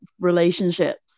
relationships